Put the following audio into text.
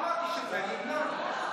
לא אמרתי שזה, נמנע.